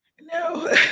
No